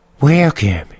Welcome